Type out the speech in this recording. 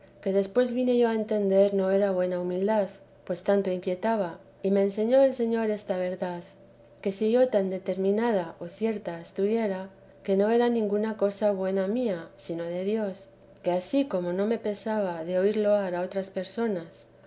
que después vine yo a entender no era buena humildad pues tanto inquietaba y me enseñó el señor esta verdad que si yo tan determinada y cierta estuviera que no era ninguna cosa buena mía sino de dios que ansí como no me pesaba de oír loar a otras personas